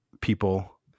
people